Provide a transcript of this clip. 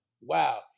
Wow